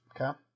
Okay